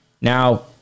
now